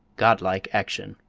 godlike action.